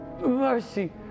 Mercy